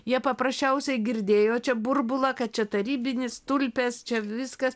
jie paprasčiausiai girdėjo čia burbulą kad čia tarybinis tulpės čia viskas